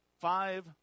five